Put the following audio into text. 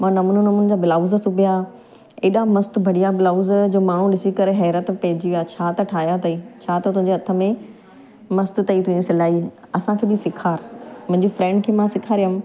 मां नमूने नमूने जा ब्लाउज़ सिबिया एॾा मस्त बढ़िया ब्लाउज़ जो माण्हू ॾिसी करे हैरतु पइजी विया छा त ठाहिया अथई छा त तुंहिंजे हथ में मस्तु अथई तुंहिंजी सिलाई असांखे बि सेखारु मुंहिंजी फ्रेंड खे मां सेखारियमि